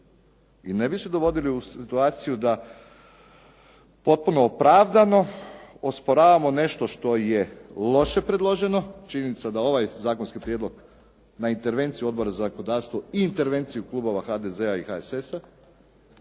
I ne bi se dovodili u situaciju da potpuno opravdano osporavamo nešto što je loše predloženo. Činjenica da ovaj zakonski prijedlog na intervenciju Odbora za zakonodavstvo i intervenciju klubova HDZ-a i HSS-a